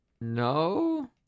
no